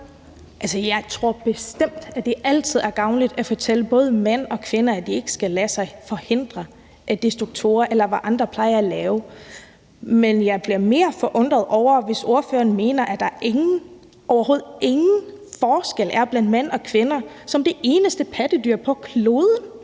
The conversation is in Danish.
jeg tror bestemt, at det altid er gavnligt at fortælle både mænd og kvinder, at de ikke skal lade sig forhindre af de strukturer eller af, hvad andre plejer at lave. Men jeg bliver mere forundret, hvis ordføreren mener, at der overhovedet ingen forskel er på mænd og kvinder – som det eneste pattedyr på kloden.